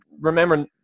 remember